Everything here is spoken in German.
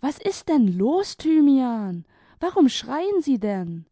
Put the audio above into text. was ist deim los thjrmian warum schreien sie denn